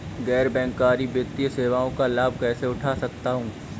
गैर बैंककारी वित्तीय सेवाओं का लाभ कैसे उठा सकता हूँ?